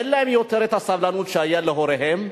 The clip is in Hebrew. אין להם יותר הסבלנות שהיתה להוריהם,